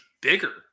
bigger